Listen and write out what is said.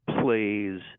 plays